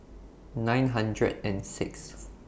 nine hundred and Sixth